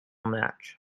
match